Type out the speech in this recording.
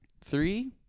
Three